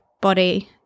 body